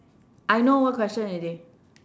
I know what question already